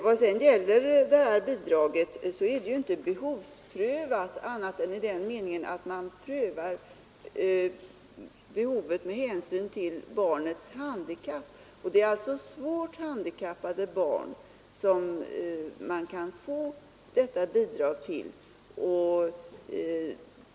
Vad sedan gäller bidraget, så är det ju inte behovsprövat annat än i den — Nr 138 meningen att man prövar behovet med hänsyn till barnets handikapp, Torsdagen den och det är alltså svårt handikappade barn som man kan få detta bidrag 22 november 1973 till.